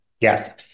Yes